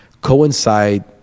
coincide